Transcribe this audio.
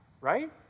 right